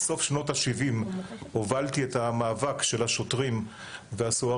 בסוף שנות ה-70 הובלתי את המאבק של השוטרים והסוהרים